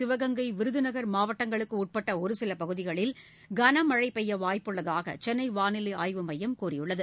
சிவகங்கை விருதுநகர் மாவட்டங்களுக்கு உட்பட்ட ஒருசில பகுதிகளில் கனமழை பெய்ய வாய்ப்புள்ளதாக சென்னை வானிலை ஆய்வு மையம் கூறியுள்ளது